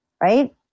right